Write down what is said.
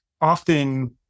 often